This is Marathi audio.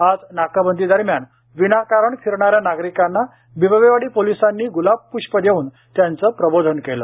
आज नाकाबंदी दरम्यान विनाकारण फिरणाऱ्या नागरिकांना विबवेवाडी पोलिसांनी गुलाब पुष्प देऊन त्यांचे प्रबोधन केलं